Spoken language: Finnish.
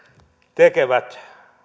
tekevät